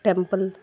temple